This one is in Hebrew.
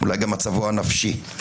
אולי גם מצבו הנפשי,